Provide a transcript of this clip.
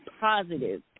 positive